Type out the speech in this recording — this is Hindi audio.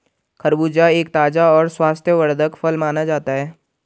खरबूजा एक ताज़ा और स्वास्थ्यवर्धक फल माना जाता है